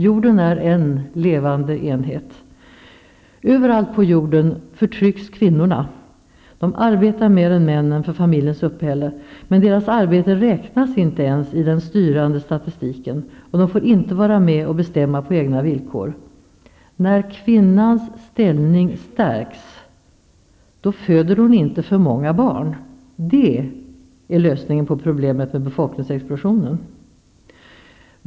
Jorden är en levande enhet. Överallt på jorden förtrycks kvinnorna. De arbetar mer än männen för familjens uppehälle, men deras arbete räknas inte ens i den styrande statistiken, och de får inte vara med och bestämma på egna villkor. När kvinnans ställning stärks föder hon inte för många barn. Det är lösningen på problemet med befolkningsexplosionen.